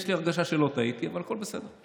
יש לי הרגשה שלא טעיתי, אבל הכול בסדר.